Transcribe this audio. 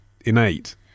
innate